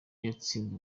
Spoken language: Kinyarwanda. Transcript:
yatsinzwe